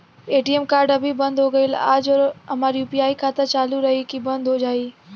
ATM card अभी बंद हो गईल आज और हमार यू.पी.आई खाता चालू रही की बन्द हो जाई?